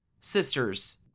sisters